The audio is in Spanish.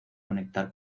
conectar